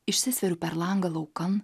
išsisveriu per langą laukan